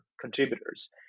contributors